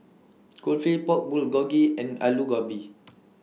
Kulfi Pork Bulgogi and Alu Gobi